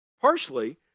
partially